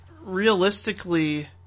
realistically